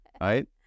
Right